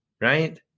right